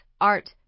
art